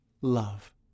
Love